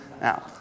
Now